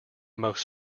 most